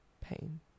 Pain